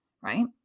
right